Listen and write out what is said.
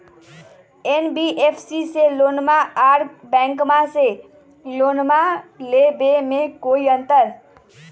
NBFC से लोनमा आर बैंकबा से लोनमा ले बे में कोइ अंतर?